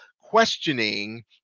questioning